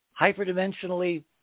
hyperdimensionally